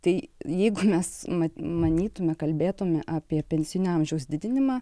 tai jeigu mes manytume kalbėtume apie pensijinio amžiaus didinimą